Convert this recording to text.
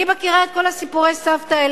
אני מכירה את כל סיפורי הסבתא האלה.